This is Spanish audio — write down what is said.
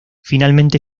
finalmente